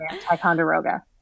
Ticonderoga